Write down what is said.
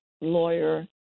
lawyer